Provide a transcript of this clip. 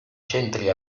centri